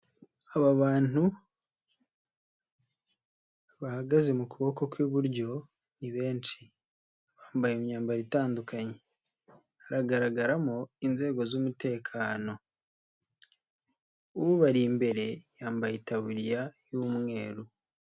Aba bantu bahagaze mu kuboko kw'iburyo ni benshi bambaye imyambaro itandukanye, hagaragaramo inzego z'umutekano, ubari imbere yambaye itaburiya y'umweru.